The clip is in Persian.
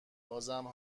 بازم